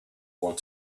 want